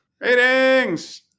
Ratings